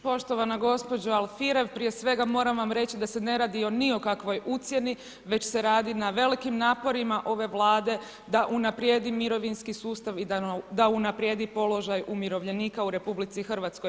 Poštovana gospođo Alfirev, prije svega moram vam reći da se ne radi o ni o kakvoj ucjeni već se radi na velikim naporima ove Vlade da unaprijedi mirovinski sustav i da unaprijedi položaj umirovljenika u RH.